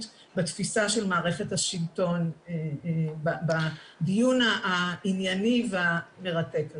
בתפיסה של מערכת השלטון בדיון הענייני והמרתק הזה.